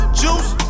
juice